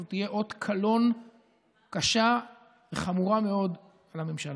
זו תהיה אות קלון קשה וחמורה מאוד לממשלה.